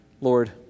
Lord